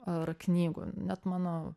ar knygų net mano